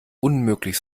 unmöglich